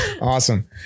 Awesome